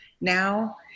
now